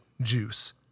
juice